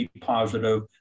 positive